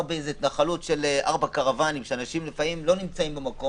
בהתנחלות של ארבעה קרוואנים אלא אתה נכנס למקום